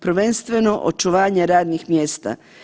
Prvenstveno očuvanja radnih mjesta.